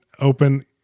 Open